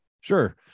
sure